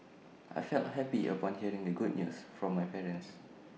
I felt happy upon hearing the good news from my parents